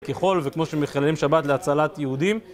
ככל וכמו שמחללים שבת להצלת יהודים